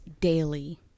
daily